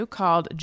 called